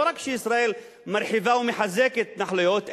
לא רק שישראל מרחיבה ומחזקת התנחלויות,